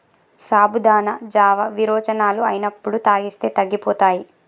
సాబుదానా జావా విరోచనాలు అయినప్పుడు తాగిస్తే తగ్గిపోతాయి